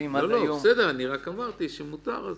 רק אמרתי שמותר.